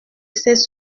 ses